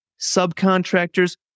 subcontractors